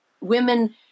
women